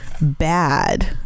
bad